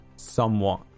somewhat